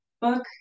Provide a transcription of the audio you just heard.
book